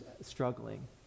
struggling